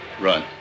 Run